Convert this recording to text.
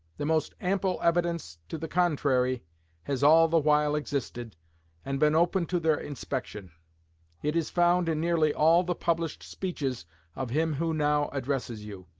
the most ample evidence to the contrary has all the while existed and been open to their inspection it is found in nearly all the published speeches of him who now addresses you.